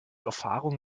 erfahrung